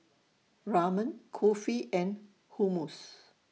Ramen Kulfi and Hummus